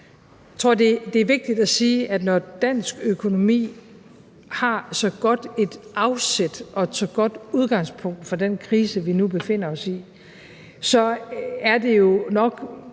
Jeg tror, det er vigtigt at sige, at når dansk økonomi har så godt et afsæt og et så godt udgangspunkt for den krise, vi nu befinder os i, så er det jo nok